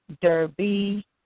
Derby